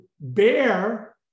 bear